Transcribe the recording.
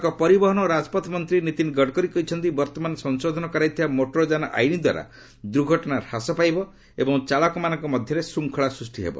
ସଡ଼କ ପରିବହନ ଓ ରାଜପଥ ମନ୍ତ୍ରୀ ନୀତିନ ଗଡ଼କରୀ କହିଛନ୍ତି ବର୍ତ୍ତମାନ ସଂଶୋଧନ କରାଯାଇଥିବା ମୋଟରଯାନ ଆଇନ୍ ଦ୍ୱାରା ଦୁର୍ଘଟଣା ହ୍ରାସ ପାଇବ ଏବଂ ଚାଳକମାନଙ୍କ ମଧ୍ୟରେ ଶ୍ଚଙ୍ଖଳା ସୃଷ୍ଟି କରିବ